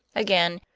again,